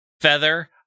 feather